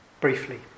Briefly